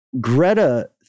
Greta